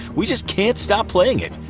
we just can't stop playing it!